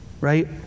right